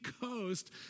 Coast